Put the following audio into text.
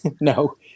No